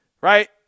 right